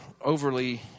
overly